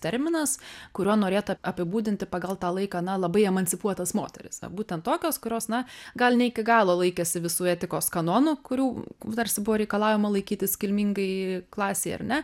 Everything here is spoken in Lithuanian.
terminas kuriuo norėta apibūdinti pagal tą laiką na labai emancipuotos moterys būtent tokios kurios na gal ne iki galo laikėsi visų etikos kanonų kurių tarsi buvo reikalaujama laikytis kilmingai klasei ar ne